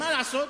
מה לעשות,